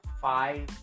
five